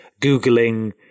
googling